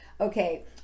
okay